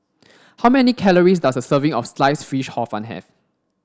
how many calories does a serving of sliced fish hor fun have